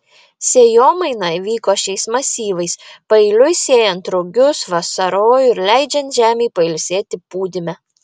sėjomaina vyko šiais masyvais paeiliui sėjant rugius vasarojų ir leidžiant žemei pailsėti pūdyme